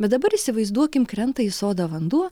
bet dabar įsivaizduokim krenta į sodą vanduo